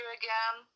again